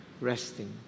resting